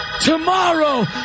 Tomorrow